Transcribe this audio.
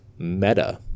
Meta